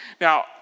Now